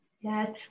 Yes